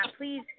please